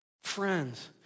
Friends